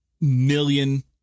million